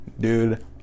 dude